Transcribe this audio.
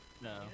No